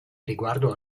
riguardo